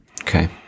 okay